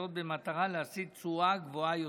וזאת במטרה להשיא תשואה גבוהה יותר.